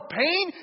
pain